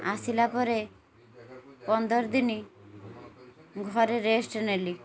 ଆସିଲା ପରେ ପନ୍ଦର ଦିନ ଘରେ ରେଷ୍ଟ୍ ନେଲି